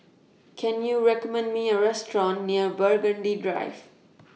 Can YOU recommend Me A Restaurant near Burgundy Drive